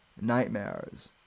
nightmares